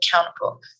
accountable